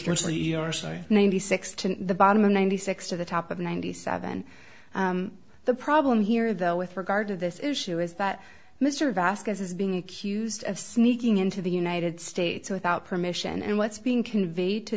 say ninety six to the bottom ninety six to the top of ninety seven the problem here though with regard to this issue is that mr vasquez is being accused of sneaking into the united states without permission and what's being conveyed to